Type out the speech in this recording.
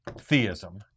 theism